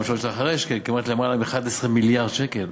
גם הממשלות שאחריה השקיעו כמעט למעלה מ-11 מיליארד שקל,